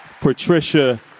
Patricia